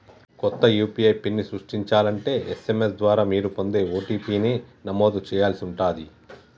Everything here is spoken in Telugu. కొత్త యూ.పీ.ఐ పిన్ని సృష్టించాలంటే ఎస్.ఎం.ఎస్ ద్వారా మీరు పొందే ఓ.టీ.పీ ని నమోదు చేయాల్సి ఉంటాది